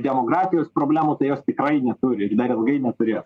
demografijos problemų tai jos tikrai neturi ir dar ilgai neturės